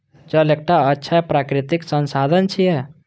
जल एकटा अक्षय प्राकृतिक संसाधन छियै